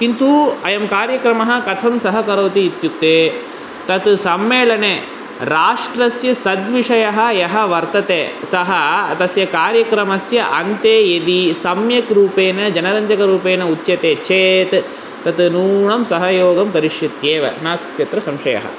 किन्तु अयं कार्यक्रमः कथं सहकरोति इत्युक्ते तत् सम्मेलने राष्ट्रस्य सद्विषयः यः वर्तते सः तस्य कार्यक्रमस्य अन्ते यदि सम्यक् रूपेण जनरञ्जकरूपेण उच्यते चेत् तत् नूनं सहयोगं करिष्यत्येव नास्त्यत्र संशयः